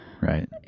right